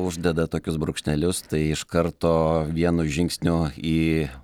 uždeda tokius brūkšnelius tai iš karto vienu žingsniu į